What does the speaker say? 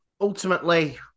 ultimately